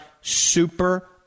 Super